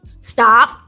stop